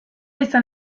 izan